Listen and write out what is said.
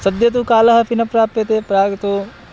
सद्यः तु कालः अपि न प्राप्यते प्राक्तु